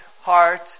heart